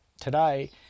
today